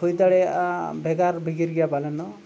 ᱦᱩᱭ ᱫᱟᱲᱮᱭᱟᱜᱼᱟ ᱵᱷᱮᱜᱟᱨ ᱵᱷᱮᱜᱟᱨ ᱜᱮᱭᱟ ᱯᱟᱞᱮᱱ ᱫᱚ